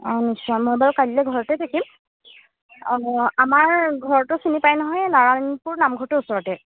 অঁ নিশ্চয় মই বাৰু কাইলৈ ঘৰতে থাকিম আমাৰ ঘৰটো চিনি পাই নহয় নাৰায়ণপুৰ নামঘৰটোৰ ওচৰতে